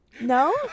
no